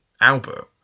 Albert